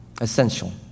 essential